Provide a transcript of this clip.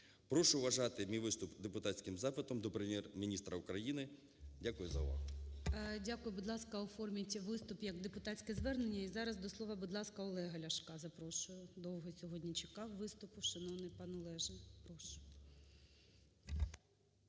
Прошу вважати мій виступ депутатським запитом до Прем'єр-міністра України. Дякую за увагу. ГОЛОВУЮЧИЙ. Дякую. Будь ласка, оформіть виступ як депутатське звернення. І зараз до слова, будь ласка, Олега Ляшка запрошую. Довго сьогодні чекав виступ. Шановний пане Олеже, прошу.